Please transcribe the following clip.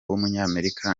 w’umunyamerika